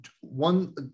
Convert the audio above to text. one